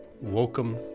Welcome